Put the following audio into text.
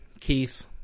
Keith